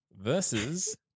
versus